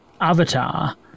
avatar